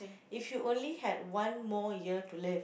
if you only had one more year to live